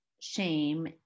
shame